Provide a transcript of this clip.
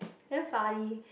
damn funny